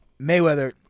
Mayweather